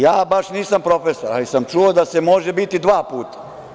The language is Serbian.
Ja baš nisam profesor, ali sam čuo da se može biti dva puta.